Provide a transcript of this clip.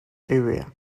area